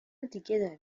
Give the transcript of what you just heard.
دیگه